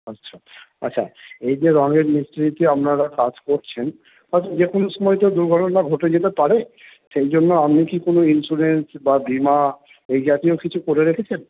আচ্ছা আচ্ছা এই যে রঙের মিস্ত্রিকে আপনারা কাজ করছেন আচ্ছা যে কোনো সময় তো দুর্ঘটনা ঘটে যেতে পারে সেই জন্য আপনি কি কোনো ইনস্যুরেন্স বা বিমা এই জাতীয় কিছু করে রেখেছেন